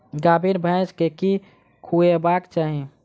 गाभीन भैंस केँ की खुएबाक चाहि?